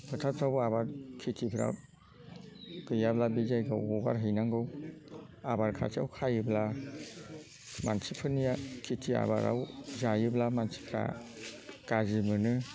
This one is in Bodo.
फोथारफ्राव आबाद खेथिफ्राव गैयाब्ला बे जायगायाव हगारहैनांगौ आबाद खाथियाव खायोब्ला मानसिफोरनिया खेथि आबादाव जायोब्ला मानसिफ्रा गाज्रि मोनो